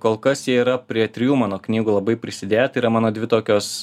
kol kas jie yra prie trijų mano knygų labai prisidėję tai yra mano dvi tokios